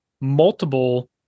multiple